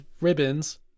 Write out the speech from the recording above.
Ribbons